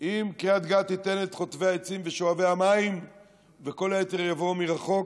אם קריית גת תיתן את חוטבי העצים ושואבי המים וכל היתר יבואו מרחוק.